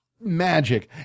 magic